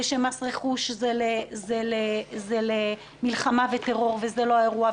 ושמס רכוש זה למלחמה בטרור וזה לא האירוע,